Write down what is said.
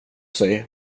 sig